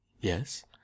Yes